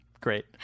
Great